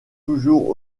toujours